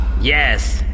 Yes